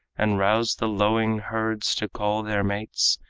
and roused the lowing herds to call their mates,